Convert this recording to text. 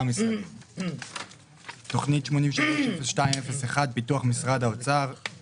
משרדים: תוכנית 830201 פיתוח משרד האוצר,